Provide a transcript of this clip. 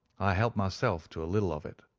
i helped myself to a little of it.